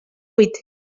vuit